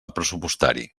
pressupostari